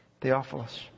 Theophilus